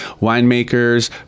winemakers